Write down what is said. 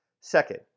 Second